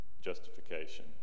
justification